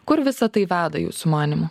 kur visa tai veda jūsų manymu